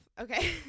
okay